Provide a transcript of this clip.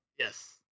yes